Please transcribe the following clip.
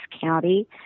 County